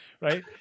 right